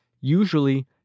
Usually